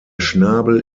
schnabel